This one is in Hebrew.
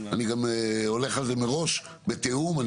הולך על הדברים בתיאום מראש.